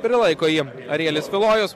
prilaiko jį arielis tulojus